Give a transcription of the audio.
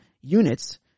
units